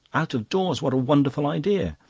out of doors! what a wonderful idea!